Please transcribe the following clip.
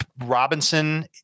Robinson